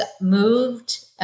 moved –